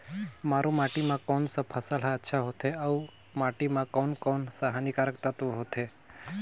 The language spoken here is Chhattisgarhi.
मारू माटी मां कोन सा फसल ह अच्छा होथे अउर माटी म कोन कोन स हानिकारक तत्व होथे?